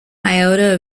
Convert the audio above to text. iota